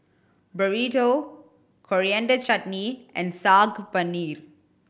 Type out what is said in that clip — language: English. Burrito Coriander Chutney and Saag Paneer